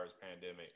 pandemic